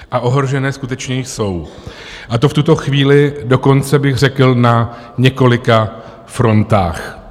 A ohrožené skutečně jsou, a to v tuto chvíli dokonce bych řekl na několika frontách.